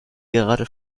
gerade